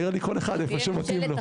נראה לי שכל אחד יהיה איפה שמתאים לו.